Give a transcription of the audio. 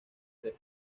tres